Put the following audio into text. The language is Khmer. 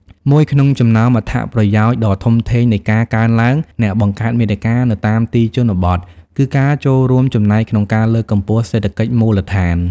មួយក្នុងចំណោមអត្ថប្រយោជន៍ដ៏ធំធេងនៃការកើនឡើងអ្នកបង្កើតមាតិកានៅតាមទីជនបទ គឺការចូលរួមចំណែកក្នុងការ លើកកម្ពស់សេដ្ឋកិច្ចមូលដ្ឋាន។